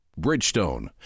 Bridgestone